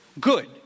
good